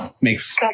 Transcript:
makes